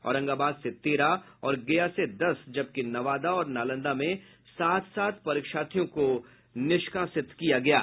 औरंगाबाद से तेरह और गया से दस जबकि नवादा और नालंदा में सात सात परीक्षार्थियों को निष्कासित किया गया है